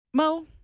Mo